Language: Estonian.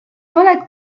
oled